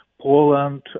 Poland